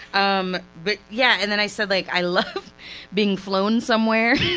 um but yeah, and then i said like i love being flown somewhere yeah,